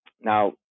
Now